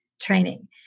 training